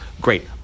Great